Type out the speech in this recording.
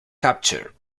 capture